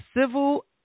civil